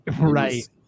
Right